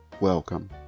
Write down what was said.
welcome